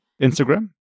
Instagram